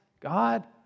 God